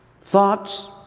Thoughts